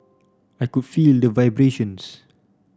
I could feel the vibrations